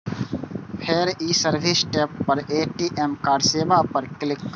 फेर ई service tab पर ए.टी.एम कार्ड सेवा पर क्लिक करू